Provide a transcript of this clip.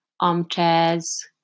armchairs